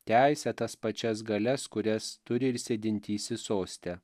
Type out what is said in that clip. teisę tas pačias galias kurias turi ir sėdintysis soste